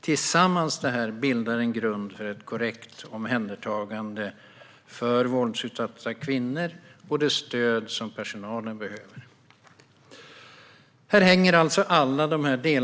Tillsammans bildar detta en grund för ett korrekt omhändertagande av våldsutsatta kvinnor och för det stöd som personalen behöver. Alla dessa delar hänger